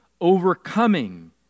overcoming